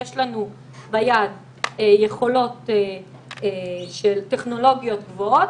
יש לנו ביד יכולות של טכנולוגיות גבוהות,